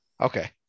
okay